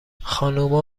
خانوما